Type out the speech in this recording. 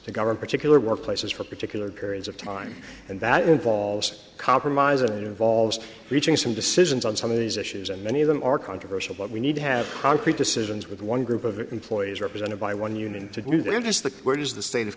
to govern particular workplaces for particular periods of time and that involves compromise it involves reaching some decisions on some of these issues and many of them are controversial but we need to have concrete decisions with one group of employees represented by one union to do that and as the where does the state of